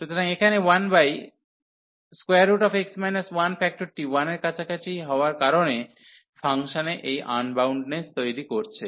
সুতরাং এখানে এই 1x 1 ফ্যাক্টরটি x 1 এর কাছাকাছি হওয়ার কারণে ফাংশনে এই আনবাউন্ডনেস তৈরি করছে